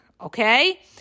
okay